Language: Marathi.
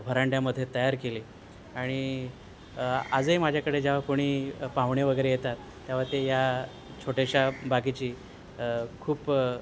व्हरांड्यामध्ये तयार केले आणि आजही माझ्याकडे जेव्हा कोणी पाहुणे वगैरे येतात तेंव्हा ते या छोट्याशा बागेची खूप